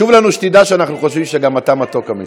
חשוב לנו שתדע שאנחנו חושבים שגם אתה מתוק אמיתי.